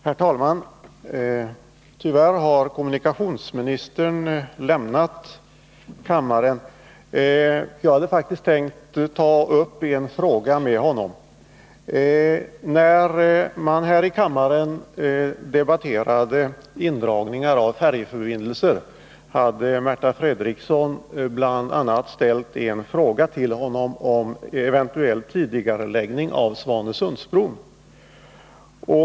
Herr talman! Tyvärr har kommunikationsministern lämnat kammaren. Jag hade faktiskt tänkt ta upp en fråga med honom. När man här i kammaren debatterade indragningar av färjeförbindelser hade Märta Fredrikson bl.a. ställt en fråga till kommunikationsministern om eventuell tidigareläggning av arbetet med Svanesundsbron.